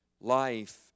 life